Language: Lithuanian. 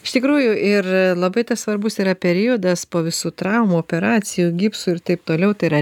iš tikrųjų ir labai svarbus yra periodas po visų traumų operacijų gipso ir taip toliau tai yra